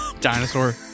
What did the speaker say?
dinosaur